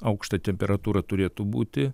aukšta temperatūra turėtų būti